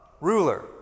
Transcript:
ruler